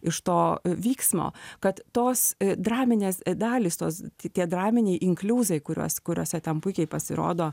iš to vyksmo kad tos draminės dalys tos tie draminiai inkliuzai kuriuos kuriose ten puikiai pasirodo